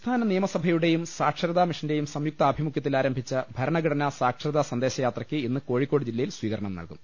സംസ്ഥാന നിയമസഭയുടെയും സാക്ഷരതാ മിഷന്റെയും സംയുക്താഭിമുഖ്യത്തിൽ ആരംഭിച്ച ഭരണഘടനാ സാക്ഷരതാ സന്ദേശയാത്രയ്ക്ക് ഇന്ന് കോഴിക്കോട് ജില്ലയിൽ സ്വീകരണം നൽകും